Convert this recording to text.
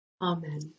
Amen